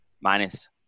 minus